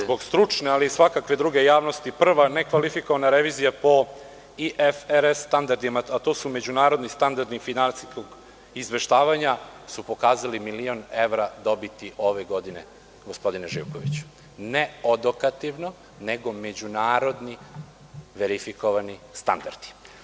Zbog stručne, ali i svakakve druge javnosti prva nekvalifikovana revizija po IFRS standardima, a to su međunarodni standardi finansijskog izveštavanja, su pokazali milion evra dobiti ove godine, gospodine Živkoviću, ne odokativno, nego međunarodni verifikovani standardi.